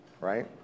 right